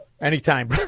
Anytime